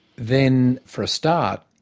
then for a start,